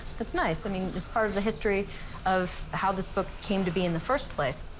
that's nice. i mean, it's part of the history of how this book came to be in the first place.